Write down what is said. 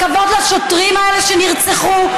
כבוד לשוטרים האלה שנרצחו,